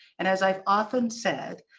and as i've often said,